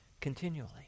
continually